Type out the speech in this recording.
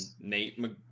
Nate